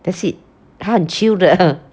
that's it 他很 chill 的